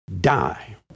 die